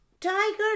Tiger